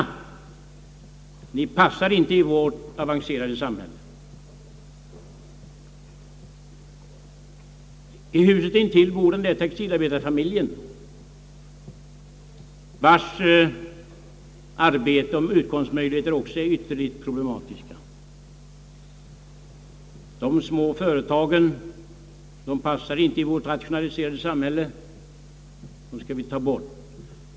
Ni skall inte få existera i fortsättningen.» I huset intill bor textilarbetarfamiljen, som också har det ytterligt problematiskt med arbete och utkomstmöjligheter: »De små företagen passar inte i vårt rationaliserade samhälle och skall tas bort.